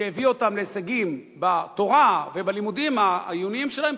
שהביאו אותם להישגים בתורה ובלימודים העיוניים שלהם,